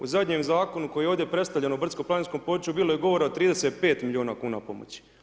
U zadnjem zakonu koji je ovdje predstavljen o brdsko-planinskom području bilo je govora o 35 milijuna kuna pomoći.